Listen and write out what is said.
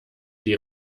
die